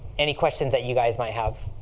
any questions that you guys might have.